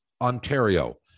Ontario